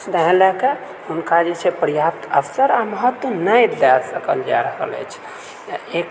इएह लए कऽ हुनका जे छै पर्याप्त अवसर आ महत्त्व नहि दए सकल जाए रहल अछि एक